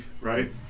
right